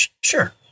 sure